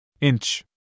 Inch